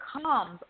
comes